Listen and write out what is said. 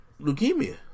leukemia